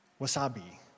Wasabi